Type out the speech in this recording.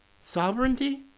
sovereignty